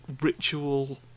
Ritual